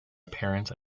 apparent